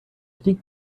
think